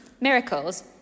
miracles